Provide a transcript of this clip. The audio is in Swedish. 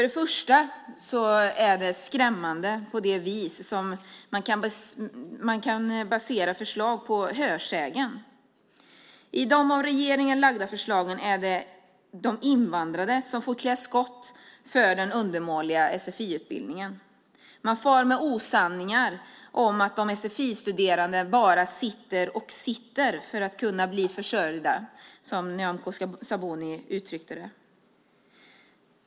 Det är skrämmande hur man kan basera förslag på hörsägen. I de av regeringen lagda förslagen är det de invandrade som får klä skott för den undermåliga sfi-utbildningen. Man far med osanningar om att de sfi-studerande bara sitter och sitter för att kunna bli försörjda, som Nyamko Sabuni uttryckte det.